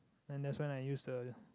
then that's when I use the